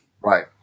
right